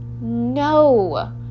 No